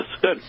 good